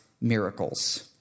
miracles